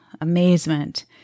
amazement